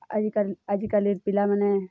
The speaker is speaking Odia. ଆଜିକାଲି ଆଜିକାଲିର୍ ପିଲାମାନେ